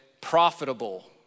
profitable